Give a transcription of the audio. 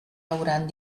hauran